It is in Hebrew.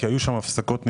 כי היו שם הפסקות נרחבות,